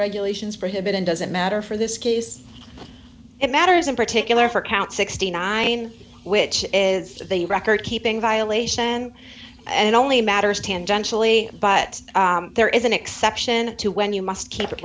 regulations prohibit and does it matter for this case it matters in particular for count sixty nine which is that they record keeping violation and only matters tangentially but there is an exception to when you must keep